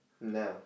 No